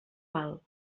val